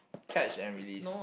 catch and release